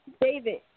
David